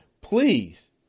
please